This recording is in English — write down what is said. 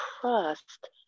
trust